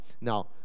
Now